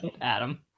Adam